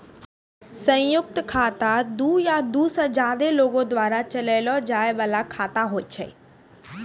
संयुक्त खाता दु या दु से ज्यादे लोगो द्वारा चलैलो जाय बाला खाता होय छै